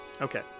Okay